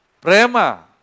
prema